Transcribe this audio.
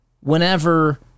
whenever